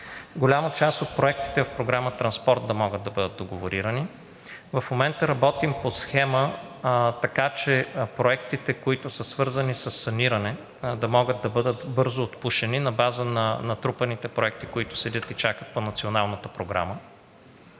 Голяма част от проектите в Програма „Транспорт“ да могат да бъдат договорирани. В момента работим по схема, така че проектите, които са свързани със саниране, да могат да бъдат бързо отпушени на база на натрупаните проекти, които седят и чакат по Националната програма.